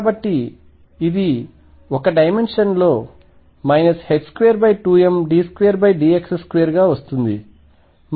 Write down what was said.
కాబట్టి ఇది 1 డైమెన్షన్లో 22md2dx2 గా వస్తుంది